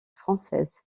française